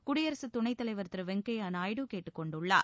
குடியரசு துணைத் தலைவர் திரு வெங்கய்ய நாயுடு கேட்டுக் கொண்டுள்ளார்